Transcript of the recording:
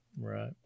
right